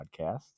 podcast